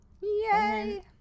Yay